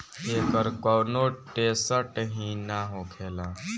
एकर कौनो टेसट ही ना होखेला